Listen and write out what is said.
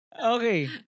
Okay